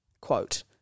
quote